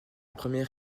première